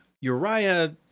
Uriah